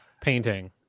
painting